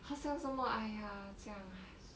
好像什么哎呀这样